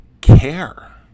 care